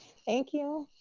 thank you.